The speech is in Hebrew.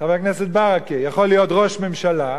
חבר הכנסת ברכה, יכול להיות ראש ממשלה,